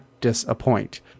disappoint